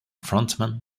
frontman